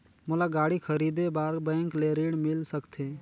मोला गाड़ी खरीदे बार बैंक ले ऋण मिल सकथे?